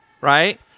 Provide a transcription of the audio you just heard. right